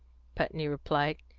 putney replied.